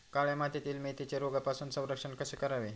काळ्या मातीतील मेथीचे रोगापासून संरक्षण कसे करावे?